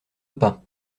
pas